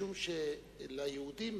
משום שליהודים,